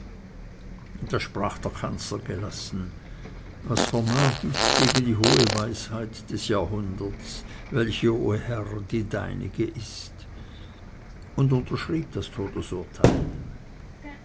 da sprach der kanzler gelassen was vermag ich gegen die hohe weisheit des jahrhunderts welche o herr die deinige ist und unterschrieb das todesurteil